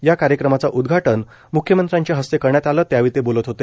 या कार्यक्रमाचं उद्घाटन मुख्यमंत्र्यांच्या हस्ते करण्यात आलं त्यावेळी ते बोलत होते